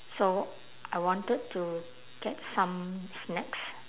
so I wanted to get some snacks